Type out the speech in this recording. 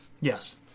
Yes